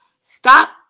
stop